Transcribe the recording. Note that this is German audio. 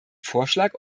vorschlag